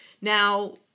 Now